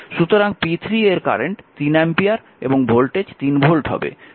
সুতরাং p3 এর current 3 ampere এবং ভোল্টেজ 3 ভোল্ট হবে